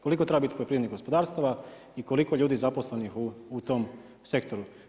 Koliko treba biti poljoprivrednih gospodarstava i koliko ljudi zaposlenih u tom sektoru?